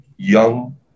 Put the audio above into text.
young